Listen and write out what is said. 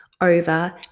over